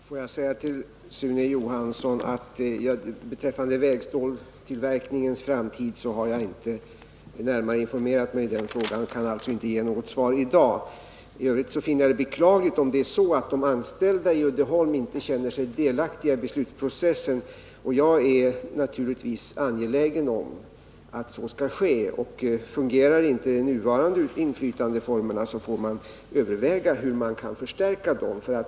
Herr talman! Jag vill till Sune Johansson säga att jag inte närmare har informerat mig om vägstålstillverkningens framtid och därför inte kan lämna något svar i dag. T övrigt finner jag det beklagligt om de anställda vid Uddeholm inte känner sig delaktiga i beslutsprocessen. Jag är naturligtvis angelägen om att de skall vara det. Fungerar inte de nuvarande inflytandeformerna får man överväga hur man kan förstärka dessa.